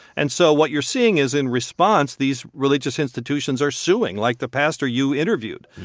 and so what you're seeing is in response these religious institutions are suing, like the pastor you interviewed.